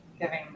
giving